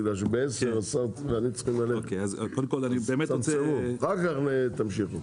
בגלל שב-10:00 השר צריך --- אחר כך תמשיכו.